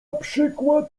przykład